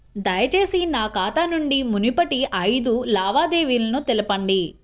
దయచేసి నా ఖాతా నుండి మునుపటి ఐదు లావాదేవీలను చూపండి